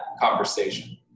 conversation